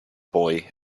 boy